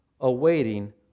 awaiting